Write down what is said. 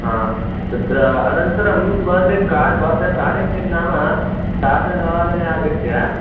हा तत्र अनन्तरं भवतः का भवतः कार्यं किं नाम सार्धनववादने आगत्य